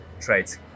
traits